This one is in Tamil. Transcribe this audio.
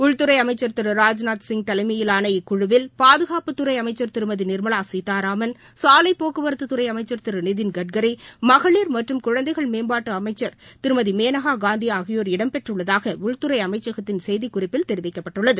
உள்துறை அமைச்சர் திரு ராஜ்நாத்சிங் தலைமையிலாள இக்குழுவில் பாதுகாப்பு துறை அமைச்சர் திருமதி நிர்மலா கீதாராமன் சாலை போக்குவரத்து துறை அமைச்சர் திரு நிதின் கட்கரி மகளிர் மற்றும் குழந்தைகள் மேம்பாட்டுத் துறை அமைச்சர் திருமதி மேனகா காந்தி ஆகியோர் இடம் பெற்றுள்ளதாக உள்துறை அமைச்சகத்தின் செய்திக்குறிப்பில் தெரிவிக்கப்பட்டுள்ளது